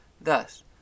Thus